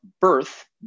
birth